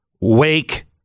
Wake